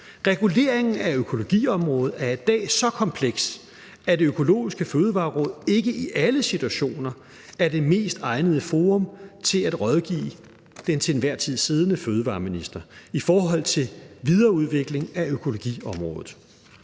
Reguleringen af økologiområdet er i dag så kompleks, at Det Økologiske Fødevareråd ikke i alle situationer er det mest egnede forum til at rådgive den til enhver tid siddende fødevareminister i forhold til videreudvikling af økologiområdet.